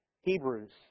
Hebrews